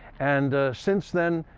and since then